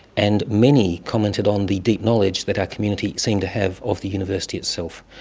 and many commented on the deep knowledge that our community seemed to have of the university itself.